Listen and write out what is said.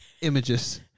Images